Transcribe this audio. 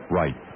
right